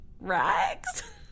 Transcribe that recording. Rags